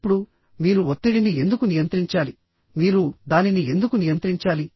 ఇప్పుడు మీరు ఒత్తిడిని ఎందుకు నియంత్రించాలి మీరు దానిని ఎందుకు నియంత్రించాలి